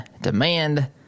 demand